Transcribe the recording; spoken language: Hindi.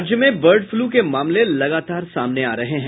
राज्य में बर्ड फ्लू के मामले लगातार सामने आ रहे हैं